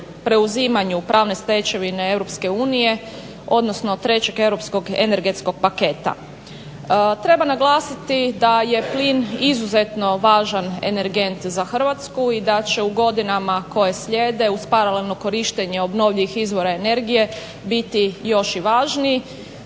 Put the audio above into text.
preuzimanju pravne stečevine EU, odnosno trećeg europskog energetskog paketa. Treba naglasiti da je plin izuzetno važan energent za Hrvatsku i da će u godinama koje slijede uz paralelno korištenje obnovljivih izvora energije biti još i važniji.